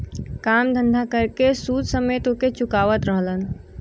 काम धंधा कर के सूद समेत ओके चुकावत रहलन